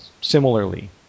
similarly